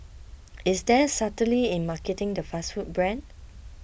is there subtlety in marketing the fast food brand